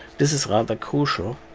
this is rather crucial,